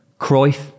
Cruyff